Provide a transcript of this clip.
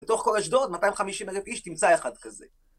בתוך כל אשדוד, 250 אלף איש תמצא אחד כזה